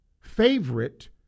favorite